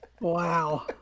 wow